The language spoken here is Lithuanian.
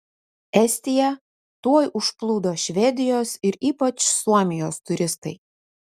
estiją tuoj užplūdo švedijos ir ypač suomijos turistai